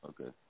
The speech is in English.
Okay